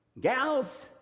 gals